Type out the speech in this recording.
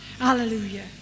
Hallelujah